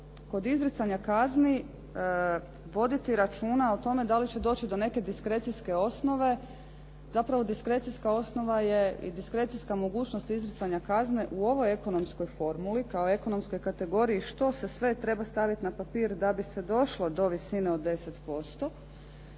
kod izricanja kazni voditi računa o tome da li će doći do neke diskrecijske osnove zapravo diskrecijska osnova je i diskrecijska mogućnost izricanja kazne u ovoj ekonomskoj formuli kao ekonomskoj kategoriji što se sve treba staviti na papir da bi se došlo do visine od 10%.